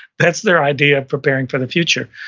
that's their idea of preparing for the future.